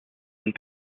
and